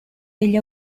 degli